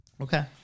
Okay